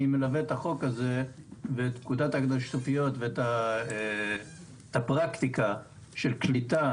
אני מלווה את החוק הזה בפקודת האגודות השיתופיות ואת הפרקטיקה של קליטה